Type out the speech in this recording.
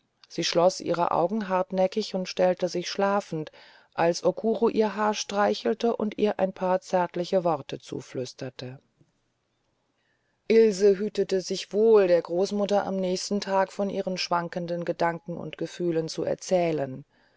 sie schloß ihre augen hartnäckig und stellte sich schlafend als okuro ihr haar streichelte und ihr ein paar zärtliche worte zuflüsterte ilse hütete sich wohl der großmutter am nächsten tag von ihren wankenden gedanken und gefühlen zu erzählen